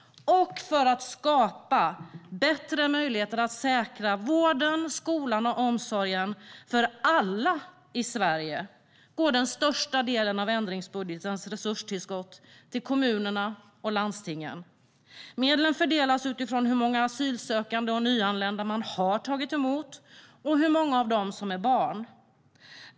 Det handlar också om att skapa bättre möjlighet att säkra vården, skolan och omsorgen för alla i Sverige. Därför går den största delen av ändringsbudgetens resurstillskott till kommunerna och landstingen. Medlen fördelas utifrån hur många asylsökande och nyanlända man har tagit emot och hur många av dem som är barn.